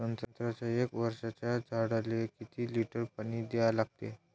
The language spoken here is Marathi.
संत्र्याच्या एक वर्षाच्या झाडाले किती लिटर पाणी द्या लागते?